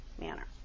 manner